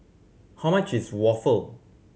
how much is waffle